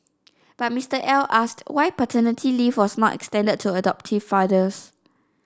but Mister L asked why paternity leave was not extended to adoptive fathers